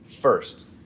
first